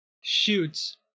shoots